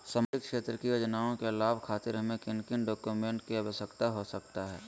सामाजिक क्षेत्र की योजनाओं के लाभ खातिर हमें किन किन डॉक्यूमेंट की आवश्यकता हो सकता है?